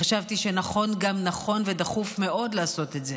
חשבתי שנכון גם נכון, ודחוף מאוד, לעשות את זה,